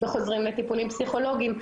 חוזרים לטיפולים פסיכולוגיים,